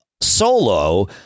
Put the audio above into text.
solo